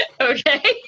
Okay